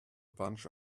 bunch